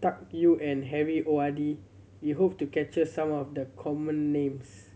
Tuck Yew and Harry O R D we hope to capture some of the common names